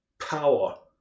power